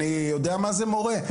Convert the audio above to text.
אני יודע מה זה מורה,